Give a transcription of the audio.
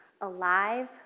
alive